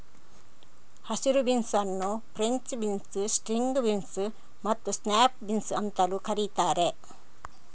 ಹಸಿರು ಬೀನ್ಸ್ ಅನ್ನು French beans, string beans ಮತ್ತು ಸ್ನ್ಯಾಪ್ ಬೀನ್ಸ್ ಅಂತಲೂ ಕರೀತಾರೆ